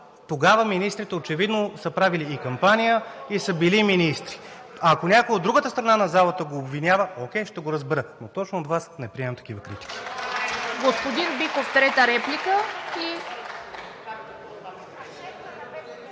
Тогава министрите очевидно са правили и кампания, и са били министри. Ако някой от другата страна на залата го обвинява – окей, ще го разбера, но точно от Вас не приемам такива критики.